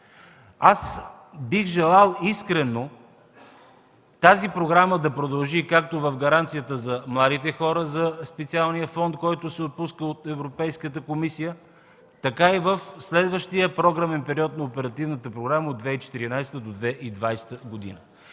бих желал тази програма да продължи както в гаранцията за младите хора за специалния фонд, който се отпуска от Европейската комисия, така и в следващия програмен период на оперативната програма от 2014 г. до 2020 г.